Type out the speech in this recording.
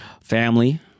family